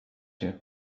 you